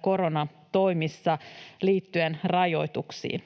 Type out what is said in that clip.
koronatoimissa liittyen rajoituksiin.